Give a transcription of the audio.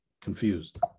confused